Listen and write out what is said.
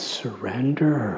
surrender